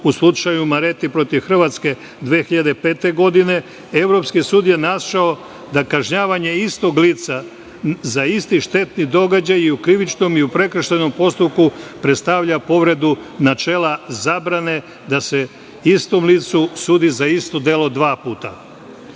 u slučaju Mareti protiv Hrvatske 2005. godine, Evropski sud je našao da kažnjavanje istog lica za isti štetni događaj i u krivičnom i u prekršajnom postupku predstavlja povredu načela zabrane da se istom licu sudi za isto delo dva puta. Ovaj